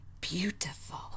Beautiful